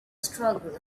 struggle